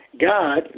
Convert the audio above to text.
God